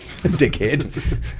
dickhead